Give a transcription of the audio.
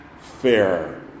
fair